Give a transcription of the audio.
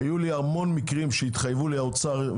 היו לי המון מקרים שהתחייבו לי האוצר,